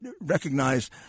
recognize